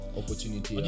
opportunity